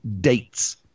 dates